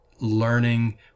learning